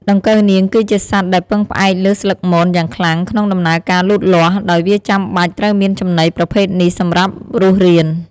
ដង្កូវនាងគឺជាសត្វដែលពឹងផ្អែកលើស្លឹកមនយ៉ាងខ្លាំងក្នុងដំណើរការលូតលាស់ ដោយវាចាំបាច់ត្រូវមានចំណីប្រភេទនេះសម្រាប់រស់រាន។